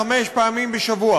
חמש פעמים בשבוע,